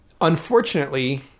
unfortunately